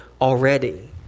already